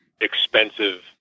expensive